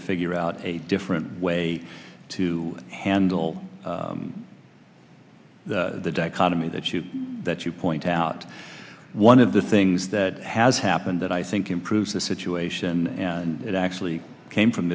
to figure out a different way to handle the dichotomy that you that you point out one of the things that has happened that i think improves the situation it actually came from